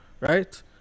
right